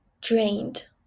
drained